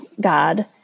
God